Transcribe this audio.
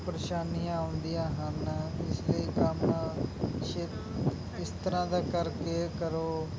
ਪ੍ਰੇਸ਼ਾਨੀਆਂ ਆਉਂਦੀਆਂ ਹਨ ਇਸ ਲਈ ਕੰਮ ਛੇ ਇਸ ਤਰ੍ਹਾਂ ਦਾ ਕਰਕੇ ਕਰੋ